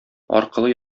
аркылы